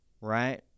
right